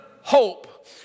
hope